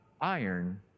iron